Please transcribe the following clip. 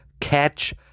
Catch